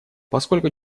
поскольку